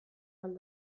ahal